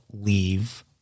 leave